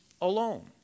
Alone